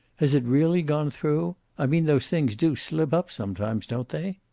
has it really gone through? i mean, those things do slip up sometimes, don't they.